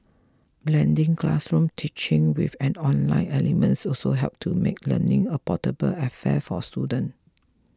blending classroom teaching with an online elements also helps to make learning a portable affair for students